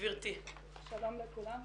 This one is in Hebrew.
שלום לכולם.